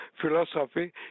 philosophy